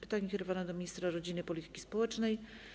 Pytanie kierowane jest do ministra rodziny i polityki społecznej.